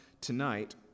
tonight